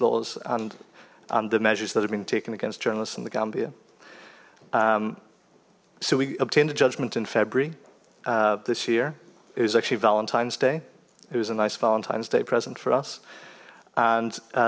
laws and and the measures that have been taken against journalists in the gambia so we obtained a judgment in february this year it was actually valentine's day it was a nice valentine's day present for us and